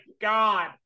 god